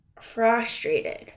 frustrated